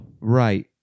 right